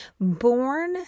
born